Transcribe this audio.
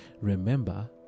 Remember